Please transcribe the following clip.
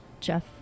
Jeff